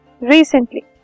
recently